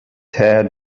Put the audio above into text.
tear